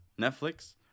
Netflix